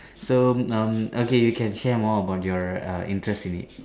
so um okay you can share more about your err interest in it